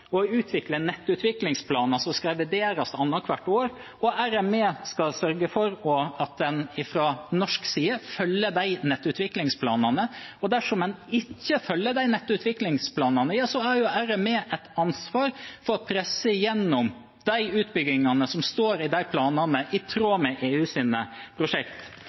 å utvikle nettutviklingsplaner som skal vurderes annet hvert år, og reguleringsmyndighet for energi i EU, RME, skal sørge for at man fra norsk side følger de nettutviklingsplanene. Dersom man ikke følger de nettutviklingsplanene, har RME et ansvar for å presse gjennom utbyggingene som står i de planene, i tråd med